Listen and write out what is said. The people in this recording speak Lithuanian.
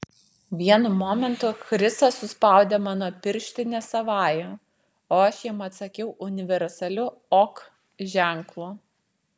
vienu momentu chrisas suspaudė mano pirštinę savąja o aš jam atsakiau universaliu ok ženklu